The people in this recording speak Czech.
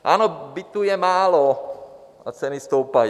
Ano, bytů je málo a ceny stoupají.